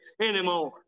anymore